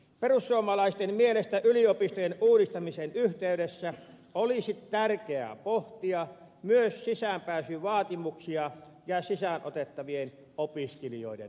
perussuomalaisten mielestä yliopistojen uudistamisen yhteydessä olisi tärkeää pohtia myös sisäänpääsyvaatimuksia ja sisään otettavien opiskelijoiden määrää